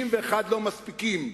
61 לא מספיקים?